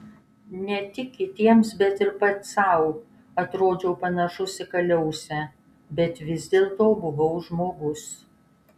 ne tik kitiems bet ir pats sau atrodžiau panašus į kaliausę bet vis dėlto buvau žmogus